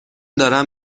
دارم